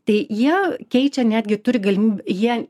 tai jie keičia netgi turi galimybę jie